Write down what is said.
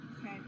Okay